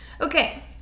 Okay